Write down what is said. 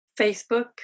Facebook